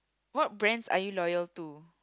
what brands are you loyal to